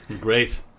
Great